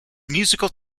musical